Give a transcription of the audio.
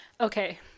Okay